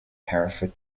hereford